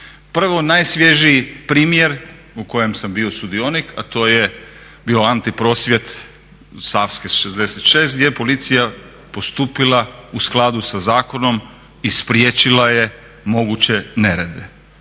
Prvo najsvježiji primjer u kojem sam bio sudionika a to je bio anti prosvjed Savske 66 gdje je policija postupila u skladu sa zakonom i spriječila je moguće nerede.